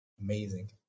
Amazing